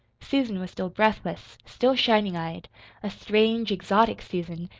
susan was still breathless, still shining-eyed a strange, exotic susan,